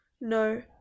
No